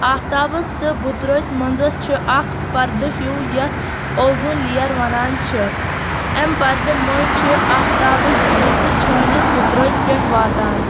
آفتابس تہٕ بُترٲزِ منٛزَس چھِ اکھ پردٕ ہیوٗ یتھ اوزوٗن لیر ونان چھِ اَمہِ پردٕ مٔنٛزۍ چھِ آفتابٕچ زٕژٕ چھٲنِتھ بُترٲژۍ پٮ۪ٹھ واتان